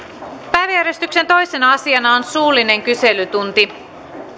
päiväjärjestyksen toisena asiana on suullinen kyselytunti